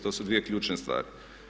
To su dvije ključne stvari.